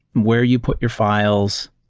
where you put your files?